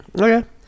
Okay